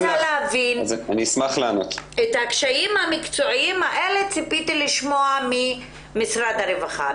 את הקשיים המקצועיים האלה ציפיתי לשמוע ממשרד הרווחה.